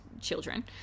children